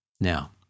Now